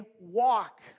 walk